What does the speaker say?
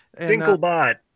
Dinklebot